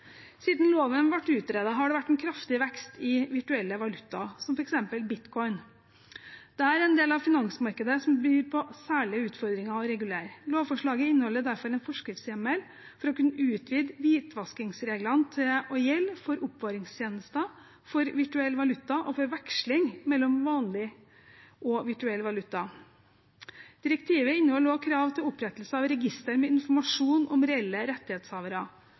Siden loven ble utredet, har det vært en kraftig vekst i virtuelle valutaer, som f.eks. bitcoin. Dette er en del av finansmarkedet som byr på særlige utfordringer å regulere. Lovforslaget inneholder derfor en forskriftshjemmel for å kunne utvide hvitvaskingsreglene til å gjelde for oppbevaringstjenester for virtuell valuta og ved veksling mellom vanlig og virtuell valuta. Direktivet inneholder også krav til opprettelse av register med informasjon om reelle rettighetshavere.